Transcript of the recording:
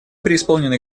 преисполнены